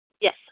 Yes